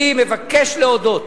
אני מבקש להודות,